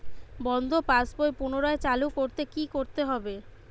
বন্ধ পাশ বই পুনরায় চালু করতে কি করতে হবে?